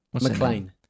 McLean